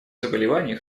заболеваний